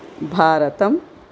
भारतम्